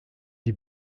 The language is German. die